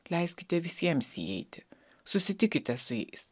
leiskite visiems įeiti susitikite su jais